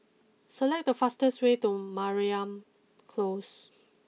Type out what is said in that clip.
select the fastest way to Mariam close